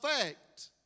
effect